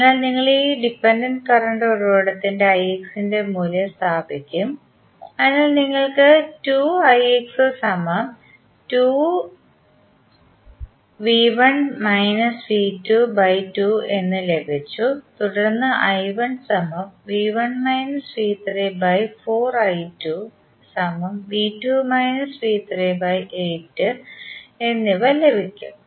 അതിനാൽ നിങ്ങൾ ഈ ഡിപെൻഡന്റ് കറണ്ട് ഉറവിടത്തിൽ ix ന്റെ മൂല്യം സ്ഥാപിക്കും അതിനാൽ നിങ്ങൾക്ക് എന്ന് ലഭിച്ചു തുടർന്ന് എന്നിവ ലഭിക്കും